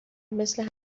مثل